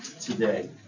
today